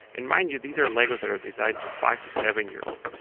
and mind you, these are legos that are designed to five to seven year olds.